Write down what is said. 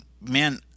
man